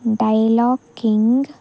dialogue king